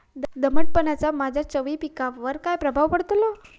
दमटपणाचा माझ्या चवळी पिकावर काय प्रभाव पडतलो?